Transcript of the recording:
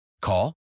Call